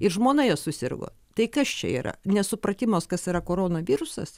ir žmona jo susirgo tai kas čia yra nesupratimas kas yra koronavirusas